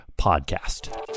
podcast